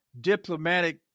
diplomatic